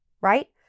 right